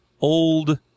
old